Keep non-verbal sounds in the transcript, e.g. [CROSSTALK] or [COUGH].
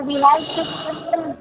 [UNINTELLIGIBLE]